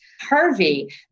Harvey